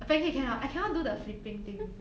pancake cannot I cannot do the flipping thing